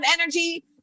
energy